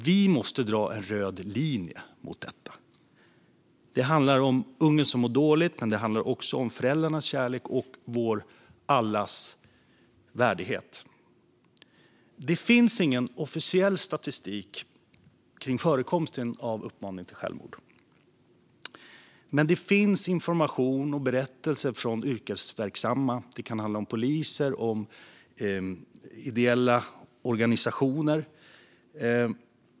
Vi måste dra en röd linje mot detta. Det handlar om unga som mår dåligt, men det handlar också om föräldrarnas kärlek och allas vår värdighet. Det finns ingen officiell statistik över förekomsten av uppmaning till självmord. Men det finns information och berättelser från yrkesverksamma - det kan handla om poliser och ideella organisationer.